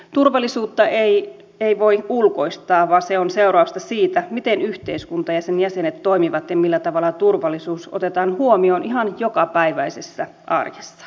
turvallisuutta ei voi ulkoistaa vaan se on seurausta siitä miten yhteiskunta ja sen jäsenet toimivat ja millä tavalla turvallisuus otetaan huomioon ihan jokapäiväisessä arjessa